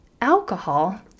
alcohol